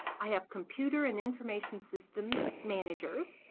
i have computer and information systems managers,